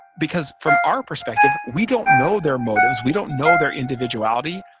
because from our perspective, we don't know their motives. we don't know their individuality.